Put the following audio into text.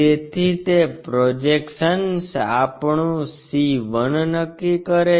તેથી તે પ્રોજેક્શન્સ આપણું c 1 નક્કી કરે છે